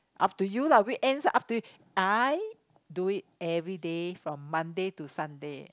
up to you lah weekends ah up to you I do it everyday from Monday to Sunday